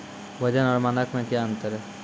वजन और मानक मे क्या अंतर हैं?